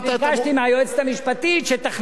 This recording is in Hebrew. אז ביקשתי מהיועצת המשפטית שתכניס,